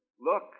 look